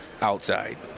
outside